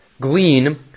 glean